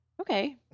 Okay